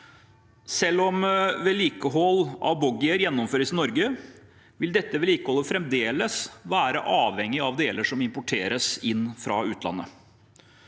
Selv om vedlikehold av boggier gjennomføres i Norge, vil dette vedlikeholdet fremdeles være avhengig av deler som importeres fra utlandet.